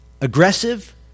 aggressive